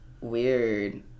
Weird